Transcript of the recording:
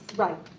right.